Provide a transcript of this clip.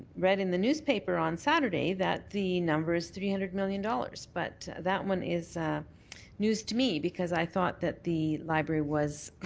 red in the newspaper on saturday that the number's three hundred million dollars but that one is news to me because i thought that the library was